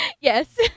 Yes